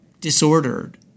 disordered